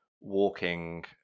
walking